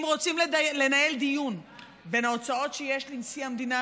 אם רוצים לנהל דיון על ההוצאות שיש לנשיא המדינה,